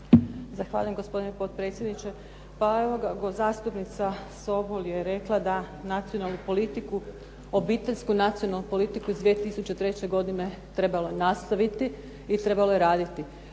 Zahvaljujem gospodine potpredsjedniče. Pa evo zastupnica Sobol je rekla da obiteljsku nacionalnu politiku iz 2003. godine trebalo je nastaviti i trebalo je raditi.